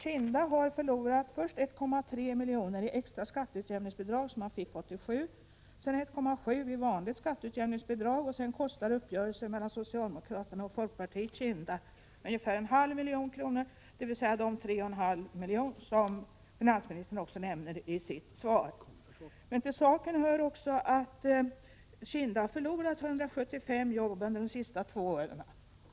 Kinda har förlorat först 1,3 milj.kr. i extra skatteutjämningsbidrag som kommunen fick 1987 och sedan 1,7 milj.kr. i vanligt skatteutjämningsbidrag. Uppgörelsen mellan socialdemokraterna och folkpartiet kostade Kinda ungefär en halv miljon, dvs. att Kinda sammanlagt förlorat 3,5 miljoner, som också finansministern nämner i sitt svar. Till saken hör också att Kinda förlorat 175 arbetstillfällen under de senaste två åren.